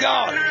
God